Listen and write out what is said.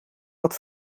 wat